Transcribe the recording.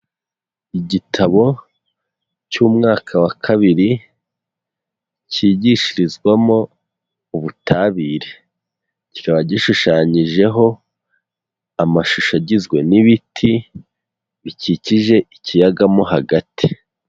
Igitabo cy'umwaka wa kabiri kigishirizwamo ubutabire, kiraba gishushanyijeho amashusho agizwe n'ibiti bikikije ikiyaga mo hagati.